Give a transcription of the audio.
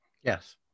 Yes